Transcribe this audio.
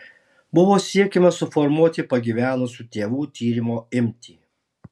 buvo siekiama suformuoti pagyvenusių tėvų tyrimo imtį